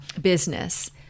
business